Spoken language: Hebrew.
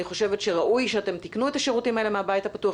אני חושבת שראוי שאתם תקנו את השירותים האלה מהבית הפתוח,